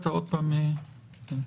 --- רגע,